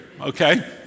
okay